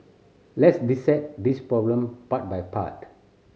let's dissect this problem part by part